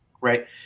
Right